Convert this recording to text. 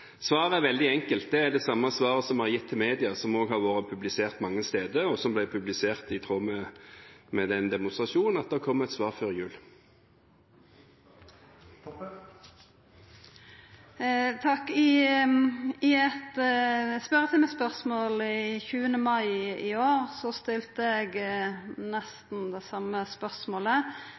Svaret er veldig enkelt. Det er det samme svaret som vi har gitt til media, som har vært publisert mange steder, og som ble publisert i samband med demonstrasjonen: Det kommer et svar før jul. Takk. I spørjetimen den 20. mai i år stilte eg nesten det same spørsmålet.